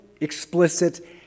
explicit